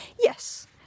Yes